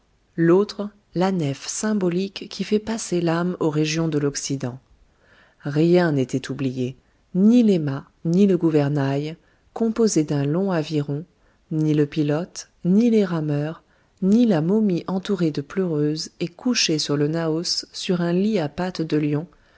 celui-là la nef symbolique qui fait passer l'âme aux régions de l'occident rien n'était oublié ni les mâts ni le gouvernail composé d'un long aviron ni le pilote ni les rameurs ni la momie entourée de pleureuses et couchée sous le naos sur un lit à pattes de lion